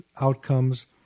outcomes